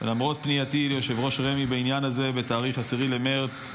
ולמרות פנייתי ליושב-ראש רמ"י בעניין הזה בתאריך 10 במרץ,